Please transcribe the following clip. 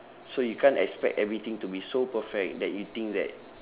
so you can't expect everything to be so perfect that you think that